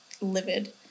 livid